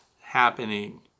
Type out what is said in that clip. happening